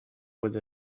with